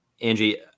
Angie